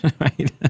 right